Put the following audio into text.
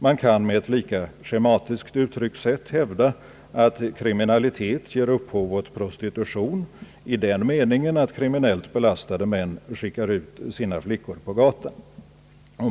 Man kan med ett lika schematiskt uttryckssätt hävda att kriminalitet ger upphov åt prostitution i den meningen, att kriminellt belastade män skickar ut sina flickor på gatan.